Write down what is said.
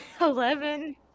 Eleven